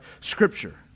Scripture